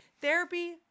Therapy